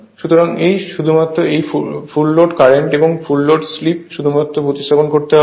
শুধুমাত্র এই শুধুমাত্র এই ফুল লোড কারেন্ট এবং ফুল লোড স্লিপ শুধু প্রতিস্থাপন করতে হবে